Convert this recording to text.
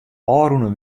ôfrûne